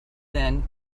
then